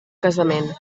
casament